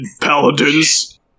paladins